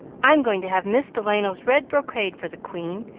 i'm going to have miss delano's red brocade for the queen,